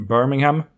Birmingham